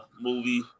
movie